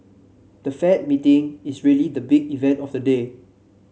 the Fed meeting is really the big event of the day